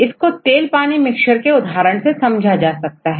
इसको तेल पानी मिश्रण के उदाहरण से समझा जा सकता है